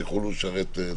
שיוכלו לשרת,